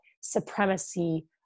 supremacy